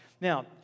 Now